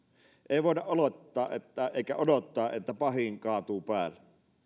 ei voida olettaa eikä odottaa että pahin kaatuu päälle